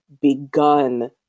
begun